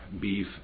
beef